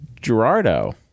Gerardo